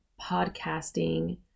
podcasting